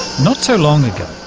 not so long ago.